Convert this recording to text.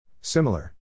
Similar